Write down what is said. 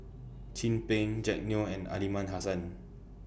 Chin Peng Jack Neo and Aliman Hassan